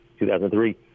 2003